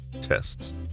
tests